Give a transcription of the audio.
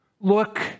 Look